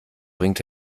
bringt